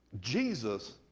jesus